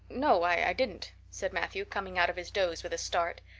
no, i didn't, said matthew, coming out of his doze with a start.